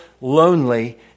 lonely